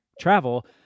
travel